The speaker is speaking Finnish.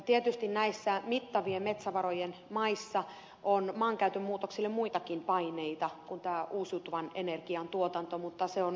tietysti näissä mittavien metsävarojen maissa on maankäytön muutokselle muitakin paineita kuin uusiutuvan energian tuotanto mutta se on yksi niistä